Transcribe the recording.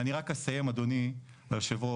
אני רק אסיים אדוני היו"ר,